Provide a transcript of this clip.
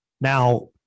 Now